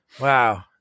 Wow